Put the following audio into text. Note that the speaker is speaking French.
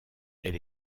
elle